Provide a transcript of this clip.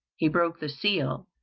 he broke the seal,